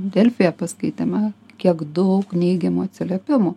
delfyje paskaitėme kiek daug neigiamų atsiliepimų